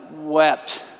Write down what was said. wept